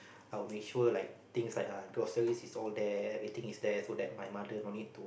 I'll make sure like things like uh groceries is all there everything is there so that my mother don't need to